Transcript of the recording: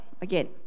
Again